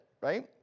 right